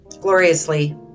gloriously